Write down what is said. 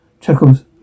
Chuckles